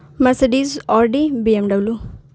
Mercedes Audi BMW